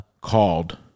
called